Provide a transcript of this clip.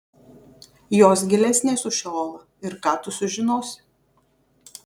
jos gilesnės už šeolą ir ką tu sužinosi